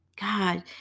god